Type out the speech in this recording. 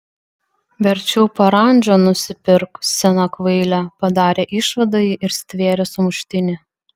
verčiau parandžą nusipirk sena kvaile padarė išvadą ji ir stvėrė sumuštinį